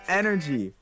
energy